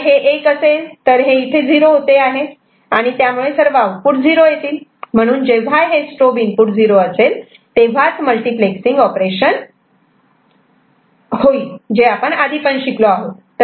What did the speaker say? जर हे 1 असेल तर हे इथे 0 होते आणि त्यामुळे सर्व आउटपुट 0 येतील म्हणून जेव्हा हे स्ट्रोब इनपुट 0 असेल तेव्हाच मल्टिप्लेक्ससिंग ऑपरेशन होईल जे आपण आधीपण शिकलो आहोत